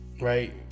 right